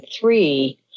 three